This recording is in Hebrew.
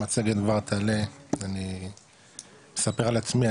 המצגת כבר תעלה ואני אספר על עצמי,